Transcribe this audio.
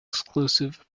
exclusive